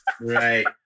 Right